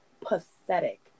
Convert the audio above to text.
pathetic